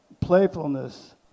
playfulness